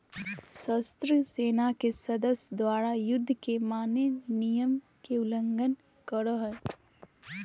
सशस्त्र सेना के सदस्य द्वारा, युद्ध के मान्य नियम के उल्लंघन करो हइ